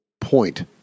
point